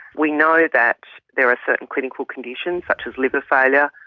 we know that there are certain clinical conditions, such as liver failure,